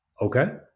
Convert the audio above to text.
Okay